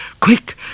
Quick